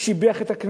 שיבח את הכנסת.